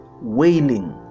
wailing